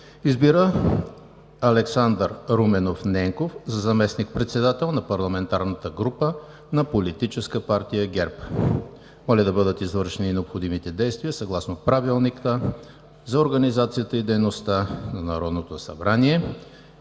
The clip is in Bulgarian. Избира Александър Руменов Ненков за заместник-председател на парламентарната група на Политическа партия ГЕРБ.“ Моля да бъдат извършени необходимите действия съгласно Правилника за организацията и дейността на Народното събрание,